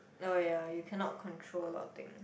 oh ya you cannot control a lot of thing